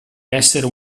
essere